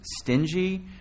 stingy